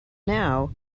now